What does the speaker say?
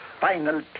final